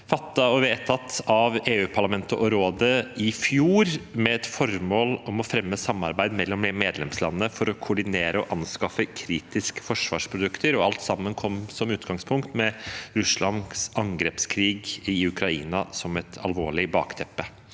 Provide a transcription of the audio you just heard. fattet og vedtatt av EU-parlamentet og Rådet i fjor, med et formål om å fremme samarbeid mellom medlemslandene for å koordinere og anskaffe kritiske forsvarsprodukter. Alt sammen kom med utgangspunkt i Russlands angrepskrig i Ukraina som et alvorlig bakteppe.